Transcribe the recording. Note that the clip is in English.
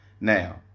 Now